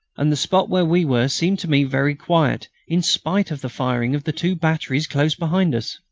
and the spot where we were seemed to me very quiet, in spite of the firing of the two batteries close behind us.